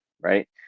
right